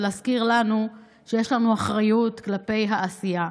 ולהזכיר לנו שיש לנו אחריות כלפי העשייה.